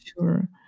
sure